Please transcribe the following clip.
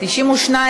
התשע"ו 2016, נתקבל.